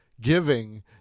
giving